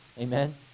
Amen